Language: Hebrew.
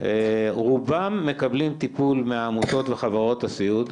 רובם מקבלים טיפול מהעמותות וחברות הסיעוד,